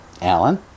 Alan